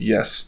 Yes